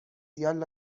یالا